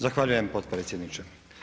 Zahvaljujem potpredsjedniče.